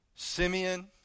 Simeon